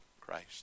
Christ